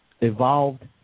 evolved